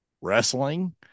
wrestling